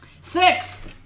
Six